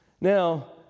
now